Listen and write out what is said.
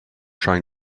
trying